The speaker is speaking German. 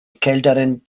kälteren